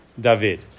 David